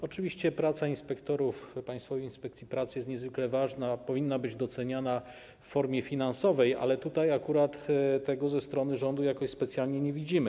Oczywiście praca inspektorów w Państwowej Inspekcji Pracy jest niezwykle ważna i powinna być doceniana w formie finansowej, ale akurat tego ze strony rządu jakoś specjalnie nie widzimy.